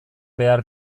behar